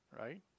right